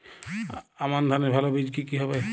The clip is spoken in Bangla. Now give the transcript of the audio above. আমান ধানের ভালো বীজ কি কি হবে?